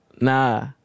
nah